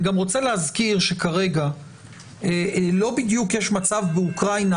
אני גם רוצה להזכיר שכרגע לא בדיוק יש מצב באוקראינה